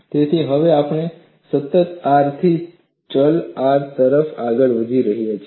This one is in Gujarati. તેથી હવે આપણે સતત આર થી ચલ આર તરફ આગળ વધી રહ્યા છીએ